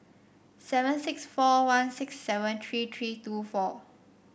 seven six four one six seven three three two four